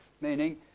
meaning